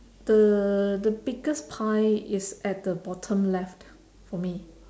the the biggest pie is at the bottom left for me